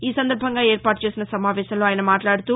ఈ సందర్బంగా ఏర్పాటు చేసిన సమావేశంలో ఆయన మాట్లాడుతూ